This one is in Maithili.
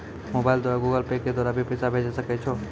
मोबाइल द्वारा गूगल पे के द्वारा भी पैसा भेजै सकै छौ?